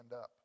up